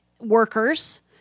workers